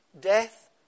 Death